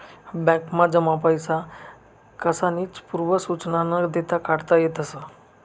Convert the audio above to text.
बॅकमा जमा पैसा कसानीच पूर्व सुचना न देता काढता येतस